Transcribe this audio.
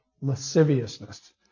lasciviousness